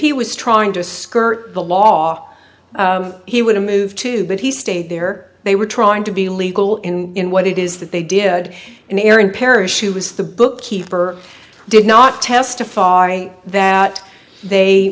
he was trying to skirt the law he would have moved to but he stayed there they were trying to be legal in what it is that they did in aaron parish who was the bookkeeper did not testify that they